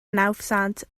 nawddsant